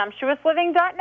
sumptuousliving.net